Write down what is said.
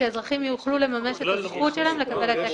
שאזרחים יוכלו לממש את הזכות שלהם לקבל העתק